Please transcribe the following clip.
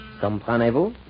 Comprenez-vous